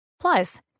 Plus